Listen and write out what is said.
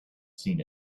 seen